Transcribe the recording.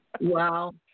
Wow